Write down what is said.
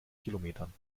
kilometern